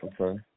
Okay